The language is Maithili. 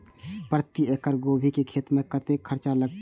प्रति एकड़ गोभी के खेत में कतेक खर्चा लगते?